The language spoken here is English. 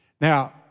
Now